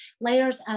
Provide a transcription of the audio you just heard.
Layers